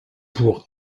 pour